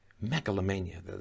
megalomania